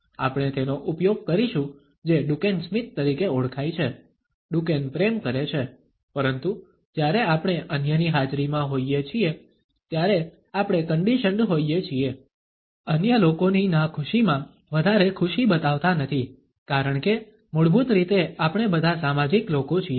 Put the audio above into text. આપણે તેનો ઉપયોગ કરીશું જે ડુકેન સ્મિત તરીકે ઓળખાય છે ડુકેન પ્રેમ કરે છે પરંતુ જ્યારે આપણે અન્યની હાજરીમાં હોઈએ છીએ ત્યારે આપણે કન્ડિશન્ડ હોઈએ છીએ અન્ય લોકોની નાખુશીમાં વધારે ખુશી બતાવતા નથી કારણ કે મૂળભૂત રીતે આપણે બધા સામાજિક લોકો છીએ